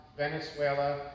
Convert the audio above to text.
Venezuela